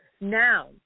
now